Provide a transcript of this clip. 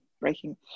breaking